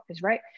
right